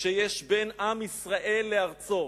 שיש בין עם ישראל לארצו.